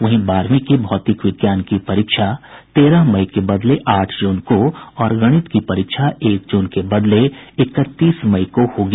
वहीं बारहवीं के भौतिक विज्ञान की परीक्षा तेरह मई के बदले आठ जून को और गणित की परीक्षा एक जून के बदले इकतीस मई को होगी